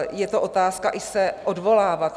Je to otázka i se odvolávat.